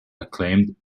acclaimed